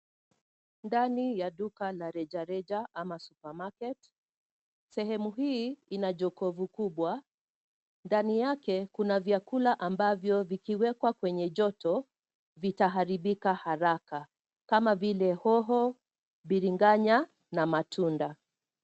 Ndani ya duka la rejareja ama {cs}supermarket{cs}, sehemu hii ina jokovu kubwa, ndani yake kuna vyakula ambavyo vikiwekwa kwenye joto vitaharibika haraka kama vile hoho, mbiringanya na matunda.